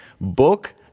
book